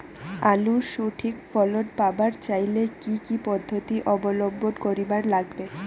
আলুর সঠিক ফলন পাবার চাইলে কি কি পদ্ধতি অবলম্বন করিবার লাগবে?